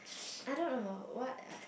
I don't know what I